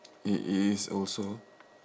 it is also